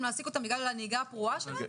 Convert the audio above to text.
להעסיק אותם בגלל הנהיגה הפרועה שלהם?